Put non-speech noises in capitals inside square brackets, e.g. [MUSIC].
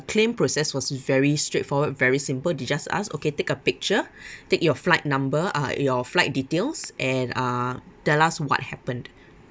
claim process was very straightforward very simple they just ask okay take a picture [BREATH] take your flight number uh your flight details and uh tell us what happened